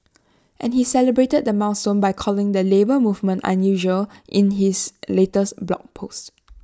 and he celebrated the milestone by calling the Labour Movement unusual in his latest blog post